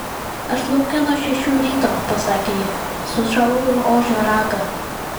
aš lauke nuo šešių ryto pasakė ji sušalau į ožio ragą